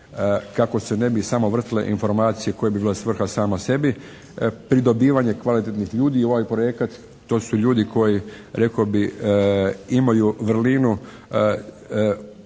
kako se ne bi samo vrtile informacije koje bi bila svrha sama sebi, pridobivanje kvalitetnih ljudi. U ovaj projekat to su ljudi koji rekao bih imaju vrlinu